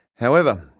however,